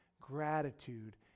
gratitude